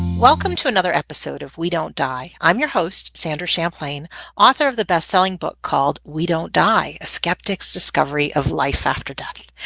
welcome to another episode of we don't die i'm your host sandra champlain author of the best-selling book called we don't die a skeptic's discovery of life after death.